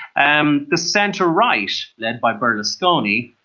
um the centre right, led by berlusconi,